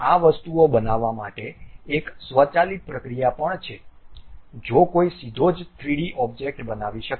આ વસ્તુઓ બનાવવા માટે એક સ્વચાલિત પ્રક્રિયા પણ છે જો કોઈ સીધો જ 3D ઓબ્જેક્ટ બનાવી શકે